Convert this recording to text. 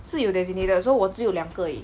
是有 designated so 我只有两个而已